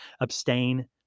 Abstain